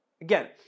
again